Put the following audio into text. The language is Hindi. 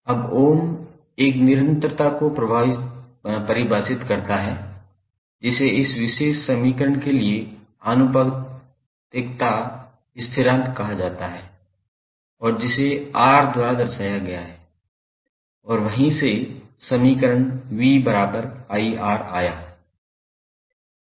अब ओम एक निरंतरता को परिभाषित करता है जिसे इस विशेष समीकरण के लिए आनुपातिकता स्थिरांक कहा जाता है और जिसे R द्वारा दर्शाया गया था और वहीं से समीकरण V 𝑖𝑅 आया